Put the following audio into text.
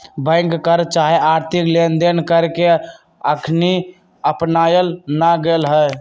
bank कर चाहे आर्थिक लेनदेन कर के अखनी अपनायल न गेल हइ